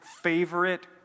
favorite